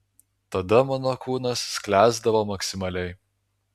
tada mano kūnas sklęsdavo maksimaliai